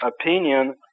opinion